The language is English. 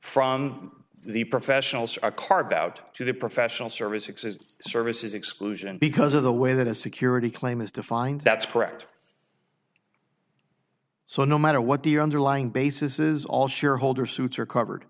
from the professionals are carved out to the professional services services exclusion because of the way that a security claim is defined that's correct so no matter what the underlying basis is all shareholder suits are covered